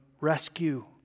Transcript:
rescue